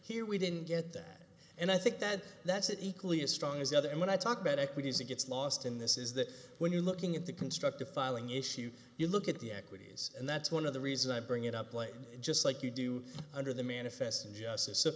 here we didn't get that and i think that that's it equally as strong as the other and when i talk benteke because it gets lost in this is that when you're looking at the constructive filing issue you look at the equities and that's one of the reason i bring it up later just like you do under the manifest injustice so